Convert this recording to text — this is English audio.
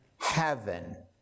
heaven